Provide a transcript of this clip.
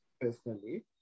personally